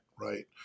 Right